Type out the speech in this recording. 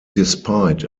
despite